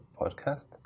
podcast